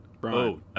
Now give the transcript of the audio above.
Brian